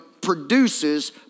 produces